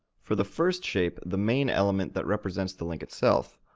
for the first shape, the main element that represents the link itself,